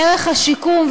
ערך השיקום,